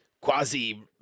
Quasi